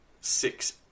six